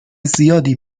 زیادی